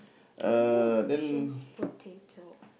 I don't have bushes potato